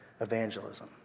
evangelism